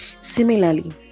similarly